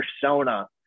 persona